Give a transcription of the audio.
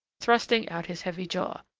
thrusting out his heavy jaw.